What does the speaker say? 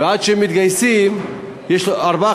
ועד שהם מתגייסים יש ארבעה